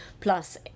plus